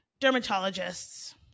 Dermatologists